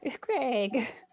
Greg